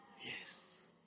Yes